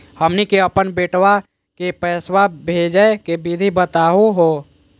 हमनी के अपन बेटवा क पैसवा भेजै के विधि बताहु हो?